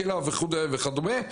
קלע וכדומה,